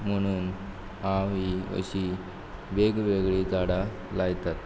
म्हुणून हांव हीं अशीं वेगवेगळी झाडां लायतात